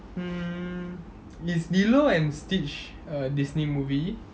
mm is lilo and stitch a Disney movie